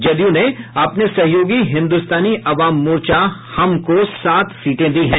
जदयू ने अपने सहयोगी हिन्दुस्तानी आवाम मोर्चा हम को सात सीटें दी हैं